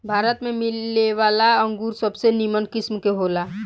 भारत में मिलेवाला अंगूर सबसे निमन किस्म के होला